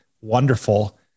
wonderful